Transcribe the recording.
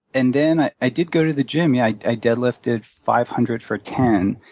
and then i i did go to the gym. yeah, i i deadlifted five hundred for ten,